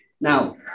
Now